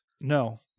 No